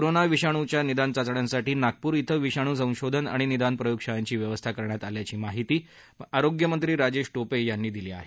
corona विषाणूंच्या निदान चावण्यांसाठी नागपूर इथं विषाणू संशोधन आणि निदान प्रयोगशाळांची व्यवस्था करण्यात आली असल्याची माहिती आरोग्यमंत्री राजेश प्रि यांनी दिली आहे